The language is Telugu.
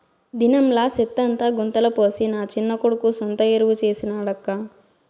దినంలా సెత్తంతా గుంతల పోసి నా చిన్న కొడుకు సొంత ఎరువు చేసి నాడక్కా